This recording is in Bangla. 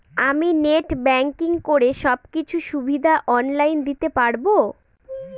আমি নেট ব্যাংকিং করে সব কিছু সুবিধা অন লাইন দিতে পারবো?